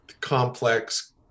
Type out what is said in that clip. Complex